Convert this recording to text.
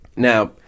Now